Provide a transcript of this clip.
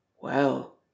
Well